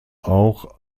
auch